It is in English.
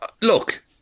Look